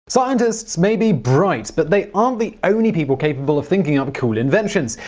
scientists may be bright, but they aren't the only people capable of thinking up cool inventions.